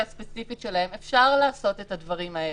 הספציפית שלהם אפשר לעשות את הדברים האלה.